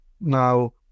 now